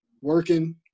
working